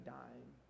dying